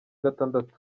gatandatu